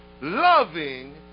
loving